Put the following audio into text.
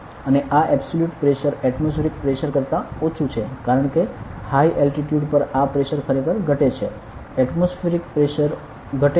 અને આ absolute pressure atmospheric pressure કરતા ઓછું છે કારણ કે હાઇ એલ્ટિટ્યુડ પર આ પ્રેશર ખરેખર ઘટે છે એટમોસ્ફિયરિક પ્રેશર ઘટે છે